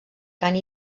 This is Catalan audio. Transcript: cant